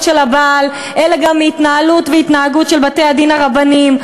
של הבעל אלא גם מההתנהלות וההתנהגות של בתי-הדין הרבניים.